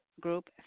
group